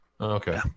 Okay